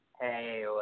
Hey